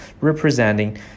representing